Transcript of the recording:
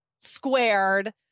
squared